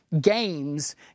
games